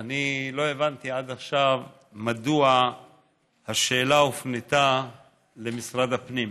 לא הבנתי עד עכשיו מדוע השאלה הופנתה למשרד הפנים,